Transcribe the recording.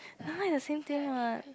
I thought is the same thing what